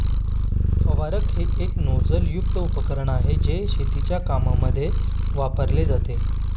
फवारक हे एक नोझल युक्त उपकरण आहे, जे शेतीच्या कामांमध्ये वापरले जाते